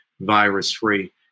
virus-free